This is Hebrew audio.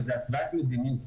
וזה הצבעת מדיניות.